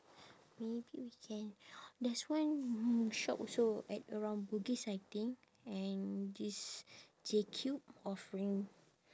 maybe we can there's one shop also at around bugis I think and this Jcube offering